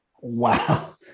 Wow